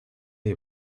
you